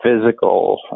physical